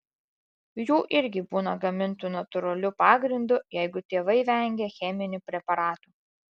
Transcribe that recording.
jų irgi būna gamintų natūraliu pagrindu jeigu tėvai vengia cheminių preparatų